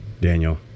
Daniel